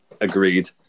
Agreed